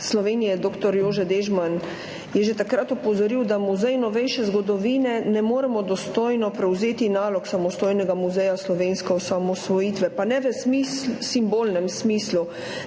Slovenije dr. Jože Dežman je že takrat opozoril, da Muzej novejše zgodovine ne more dostojno prevzeti nalog samostojnega muzeja slovenske osamosvojitve. Pa ne v simbolnem smislu,